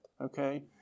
Okay